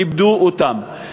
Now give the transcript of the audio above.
איבדו אותם.